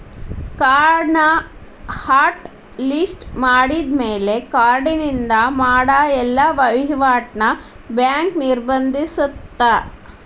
ಕಾರ್ಡ್ನ hot list ಮಾಡಿದ್ಮ್ಯಾಲೆ ಕಾರ್ಡಿನಿಂದ ಮಾಡ ಎಲ್ಲಾ ವಹಿವಾಟ್ನ ಬ್ಯಾಂಕ್ ನಿರ್ಬಂಧಿಸತ್ತ